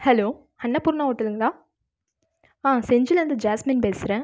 hello Annapoorna ஹோட்டலுங்களா ஆ செஞ்சிலேருந்து ஜாஸ்மின் பேசுகிறேன்